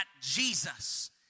Jesus